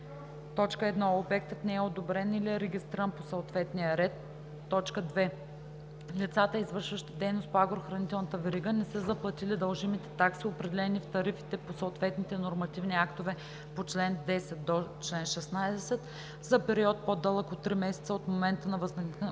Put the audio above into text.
че: 1. обектът не е одобрен или регистриран по съответния ред; 2. лицата, извършващи дейност по агрохранителната верига не са заплатили дължимите такси, определени в тарифите по съответните нормативни актове по чл. 10 – 16 за период по-дълъг от три месеца от момента на възникване